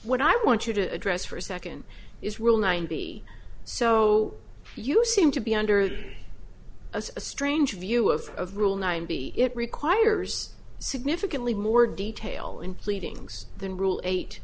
what i want you to address for a second is we're all ninety so you seem to be under a strange view of rule nine b it requires significantly more detail in pleadings than rule eight